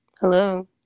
Hello